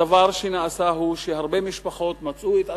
הדבר שנעשה הוא שהרבה משפחות מצאו את עצמן,